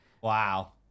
Wow